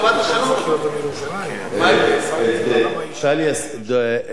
את דוח טליה ששון היא לא חיברה,